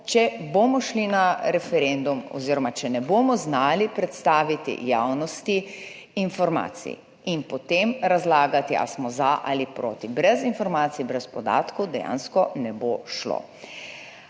če bomo šli na referendum oziroma če ne bomo znali predstaviti javnosti informacij in potem razlagati, ali smo za ali proti. Brez informacij, brez podatkov dejansko ne bo šlo.